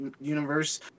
universe